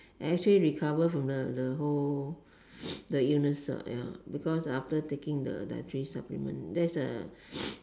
and actually recover from the the whole the illness ah ya because after taking the dietary supplement that's the